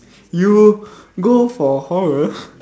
you go for horror